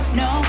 no